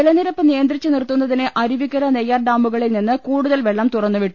ജലനിരപ്പ് നിയന്ത്രിച്ച് നിർത്തു ന്ന തിന് അരു വിക്കര നെയ്യാർഡാമുകളിൽ നിന്ന് കൂടുതൽ വെള്ളം തുറന്നുവിട്ടു